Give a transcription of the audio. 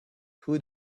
who